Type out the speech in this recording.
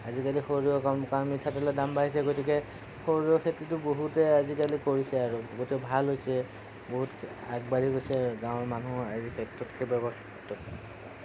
আজিকালি সৰিয়হ মিঠাতেলৰ দাম বাঢ়িছে গতিকে সৰিয়হ খেতিটো বহুতেই আজিকালি কৰিছে আৰু বহুতে ভাল হৈছে বহুত আগবাঢ়ি গৈছে গাঁৱৰ মানুহ আজি